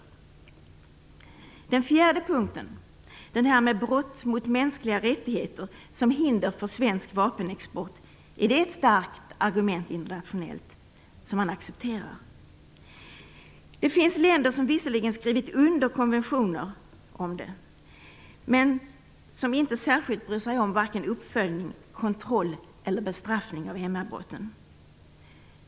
Jag vill fråga om den fjärde punkten, om brott mot mänskliga rättigheter som hinder för svensk vapenexport, är ett starkt argument internationellt som man accepterar. Det finns länder som visserligen har skrivit under konventioner om det men som inte särskilt bryr sig om varken uppföljning, kontroll eller bestraffning av MR-brotten.